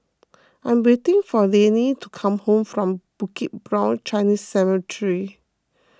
I'm waiting for Liane to come home from Bukit Brown Chinese Cemetery